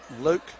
Luke